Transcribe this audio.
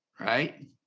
right